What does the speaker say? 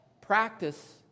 practice